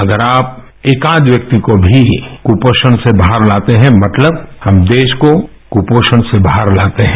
अगर आप एकाध व्यक्ति को भी कुपोषण से बाहर लाते हैं मतलब हम देश को कुपोषण से बाहर लाते हैं